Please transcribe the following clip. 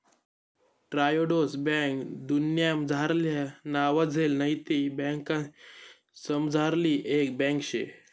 Triodos bank दुन्यामझारल्या नावाजेल नैतिक बँकासमझारली एक बँक शे